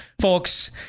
folks